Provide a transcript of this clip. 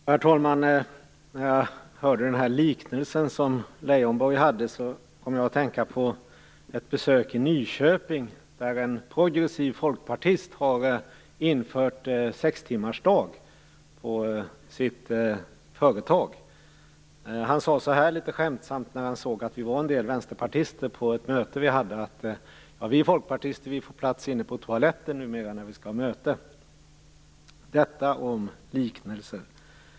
Herr talman! När jag hörde liknelsen som Lars Leijonborg gjorde kom jag att tänka på ett besök i Nyköping, där en progressiv folkpartist har infört sextimmarsdag på sitt företag. Han sade så här, litet skämtsamt, när han såg att vi var en del vänsterpartister på ett möte: Vi folkpartister får plats inne på toaletten numera när vi skall ha möte. Detta sagt om liknelser.